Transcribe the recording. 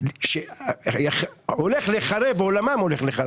- הולך להיחרב.